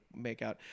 makeout